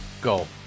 Go